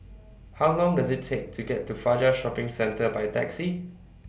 How Long Does IT Take to get to Fajar Shopping Centre By Taxi